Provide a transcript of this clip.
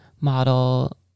model